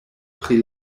pri